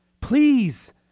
Please